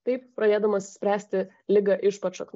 taip pradėdamas spręsti ligą iš pat šaknų